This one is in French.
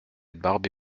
barbe